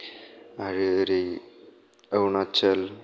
आरो ओरै अरुणाचल